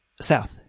South